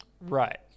Right